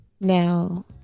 Now